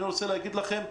אני רוצה להגיד לכם,